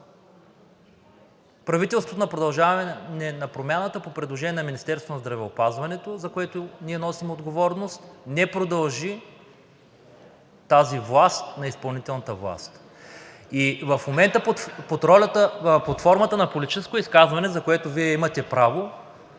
Правителството на „Продължаваме Промяната“ по предложение на Министерството на здравеопазването, за което ние носим отговорност, не продължи тази власт на изпълнителната власт. И в момента под формата на политическо изказване, за което Вие имате право,